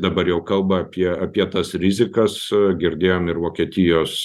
dabar jau kalba apie apie tas rizikas girdėjom ir vokietijos